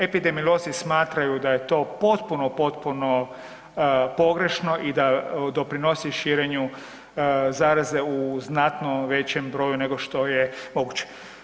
Epidemiolozi smatraju da je to potpuno, potpuno pogrešno i da doprinosi širenju zaraze u znatno većem broju nego što je moguće.